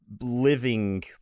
living